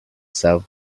saw